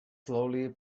slowly